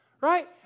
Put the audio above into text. Right